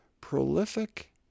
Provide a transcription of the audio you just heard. prolific